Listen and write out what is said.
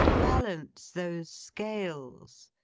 balance those scales.